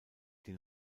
den